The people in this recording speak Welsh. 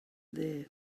dde